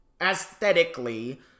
aesthetically